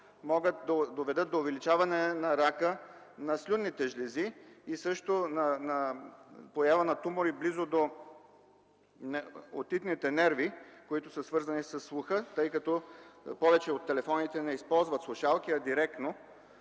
могат да доведат до увеличаване на рака на слюнните жлези, а също и на поява на тумори на отитните нерви, свързани със слуха, тъй като повече от телефоните не използват слушалки, а се